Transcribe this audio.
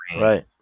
right